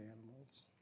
animals